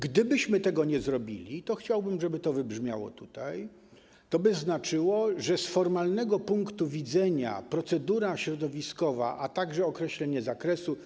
Gdybyśmy tego nie zrobili - chciałbym, żeby to wybrzmiało - to by znaczyło, że z formalnego punktu widzenia procedura środowiskowa, a także określenie zakresu.